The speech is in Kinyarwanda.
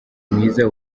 mwiza